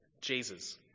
Jesus